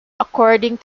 according